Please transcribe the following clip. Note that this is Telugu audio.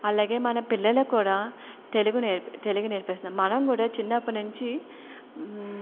అలాగే మన పిల్లలు కూడా తెలుగు నేర్ తెలుగు నేర్పిస్తున్నాం మనం కూడా చిన్నప్పటి నుంచి